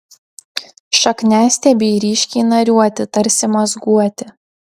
šakniastiebiai ryškiai nariuoti tarsi mazguoti